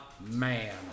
man